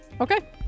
Okay